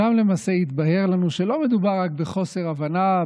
שם למעשה התבהר לנו שלא מדובר רק בחוסר הבנה,